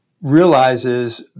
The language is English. realizes